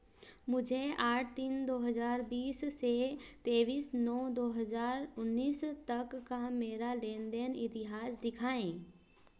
मुझे आठ तीन दो हज़ार बीस से तेईस नौ दो हज़ार उन्नीस तक का मेरा लेन देन इतिहास दिखाएँ